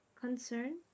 Concern